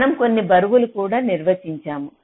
మనం కొన్ని బరువులు కూడా నిర్వచించవచ్చు